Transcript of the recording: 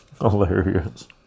Hilarious